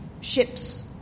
ships